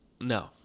no